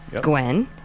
Gwen